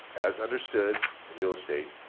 as understood in real estate,